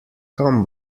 kam